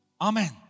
Amen